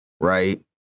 right